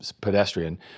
pedestrian